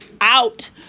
out